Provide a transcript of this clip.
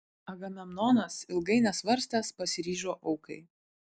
agamemnonas ilgai nesvarstęs pasiryžo aukai